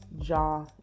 Jaw